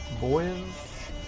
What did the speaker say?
boys